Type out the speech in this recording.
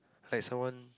hi someone